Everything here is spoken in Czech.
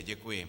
Děkuji.